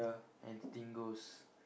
anything goes